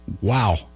Wow